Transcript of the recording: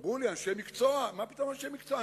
אמרו לי אנשי מקצוע, מה פתאום אנשי מקצוע?